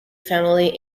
family